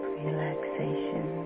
relaxation